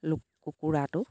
পাওঁ কুকুৰাটো